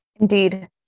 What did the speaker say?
indeed